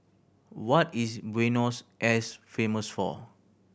what is Buenos famous for